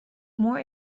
more